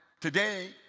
today